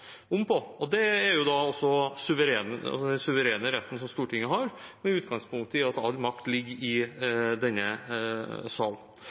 om å gjøre om på, og det er jo den suverene retten som Stortinget har med utgangspunkt i at all makt ligger i denne sal.